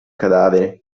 cadavere